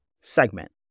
segment